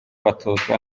batozwa